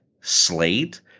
slate